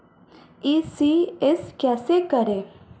ECS कैसे करें?